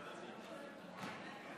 בעד,